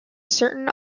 certain